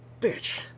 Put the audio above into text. bitch